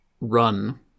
run